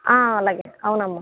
అలాగే అవునమ్మ